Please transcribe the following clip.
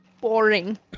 Boring